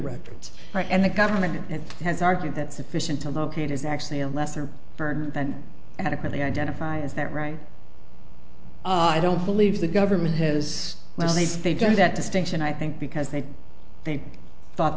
records and the government has argued that sufficient to locate is actually a lesser burn than adequately identifies that right i don't believe the government has well they say they do that distinction i think because they think thought